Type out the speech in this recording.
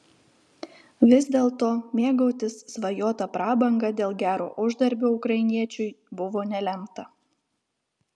vis dėlto mėgautis svajota prabanga dėl gero uždarbio ukrainiečiui buvo nelemta